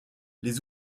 les